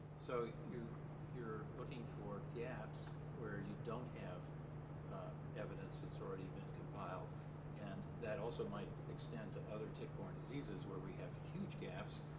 so you're looking for gaps where you don't have evidence that's already been compiled and that also might extend to other tick-borne diseases where we have huge gaps,